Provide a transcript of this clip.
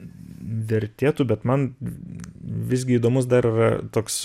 vertėtų bet man visgi įdomus dar yra toks